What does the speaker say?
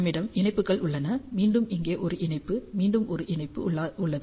நம்மிடம் இணைப்பிகள் உள்ளன மீண்டும் இங்கே ஒரு இணைப்பு இங்கே மீண்டும் ஒரு இணைப்பு உள்ளாது